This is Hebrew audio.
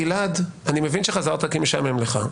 גלעד, אני מבין שחזרת כי משעמם לך.